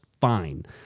fine